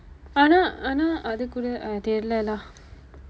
ஆனா ஆனா அது கூட:aanaa aanaa athu kuuda ah தெரியில்ல:theriyilla lah